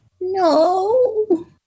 No